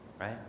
right